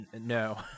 No